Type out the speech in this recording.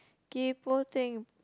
kaypoh thing